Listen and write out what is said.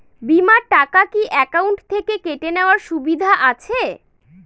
বিমার টাকা কি অ্যাকাউন্ট থেকে কেটে নেওয়ার সুবিধা আছে?